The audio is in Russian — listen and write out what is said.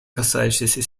касающийся